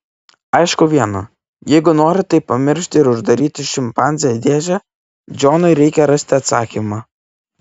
aišku viena jeigu nori tai pamiršti ir uždaryti šimpanzę į dėžę džonui reikia rasti atsakymą